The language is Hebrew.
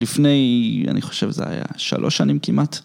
לפני, אני חושב זה היה שלוש שנים כמעט.